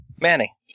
Manny